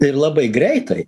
ir labai greitai